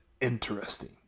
interesting